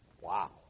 Wow